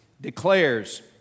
declares